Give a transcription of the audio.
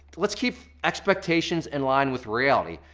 let's keep expectations in line with reality,